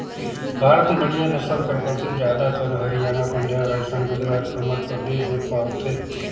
भारत में बड़िहा नसल कर पसु जादातर हरयाना, पंजाब, राजिस्थान, गुजरात अउ मध्यपरदेस में पवाथे